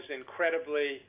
incredibly